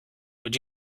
would